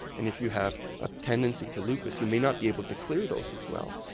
and if you have a tendency to lupus you may not be able to clear those as well.